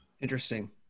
Interesting